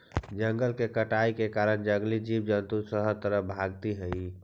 जंगल के कटाई के कारण जंगली जीव जंतु शहर तरफ भागित हइ